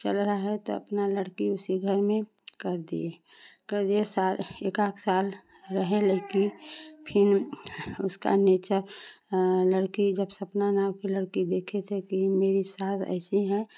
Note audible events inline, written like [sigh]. चल रहा है तो अपना लड़की उसी घर में कर दिए कर दिए साल एकाध साल रहे लड़की फिर उसका [unintelligible] लड़की जब सपना नाम की लड़की देखे थे कि मेरी सास ऐसी है